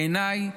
בעיניי,